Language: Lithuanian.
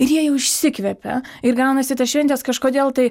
ir jie jau išsikvepia ir gaunasi tos šventės kažkodėl tai